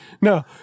No